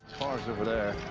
car's over there.